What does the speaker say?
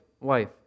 wife